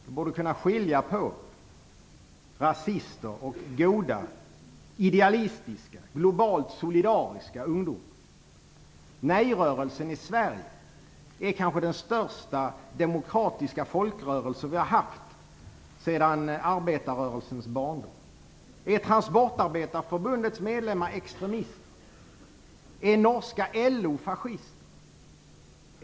Han borde kunna skilja på rasister och goda idealistiska, globalt solidariska ungdomar. Nejrörelsen i Sverige är kanske den största demokratiska folkrörelse som vi har haft sedan arbetarrörelsens barndom. Är Transportarbetareförbundets medlemmar extremister? Är norska LO fascister?